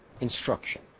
instruction